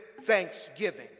thanksgiving